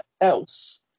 else